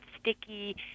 sticky